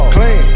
Clean